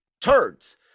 turds